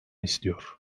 istiyor